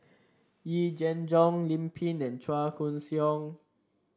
Yee Jenn Jong Lim Pin and Chua Koon Siong